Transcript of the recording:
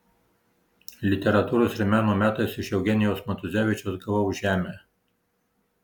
literatūros ir meno metais iš eugenijaus matuzevičiaus gavau žemę